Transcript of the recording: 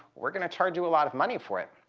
we're going to charge you a lot of money for it.